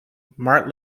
mart